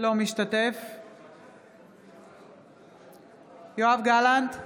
אינו משתתף בהצבעה יואב גלנט,